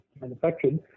manufactured